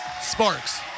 Sparks